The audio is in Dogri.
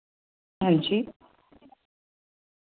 हां जी